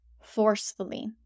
forcefully